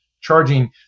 charging